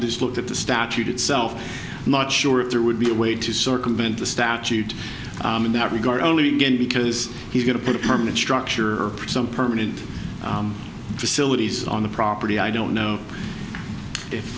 just looked at the statute itself not sure if there would be a way to circumvent the statute in that regard only again because he's going to put a permanent structure for some permanent disability on the property i don't know if